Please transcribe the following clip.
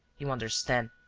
you understand.